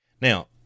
Now